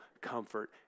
comfort